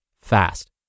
fast